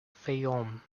fayoum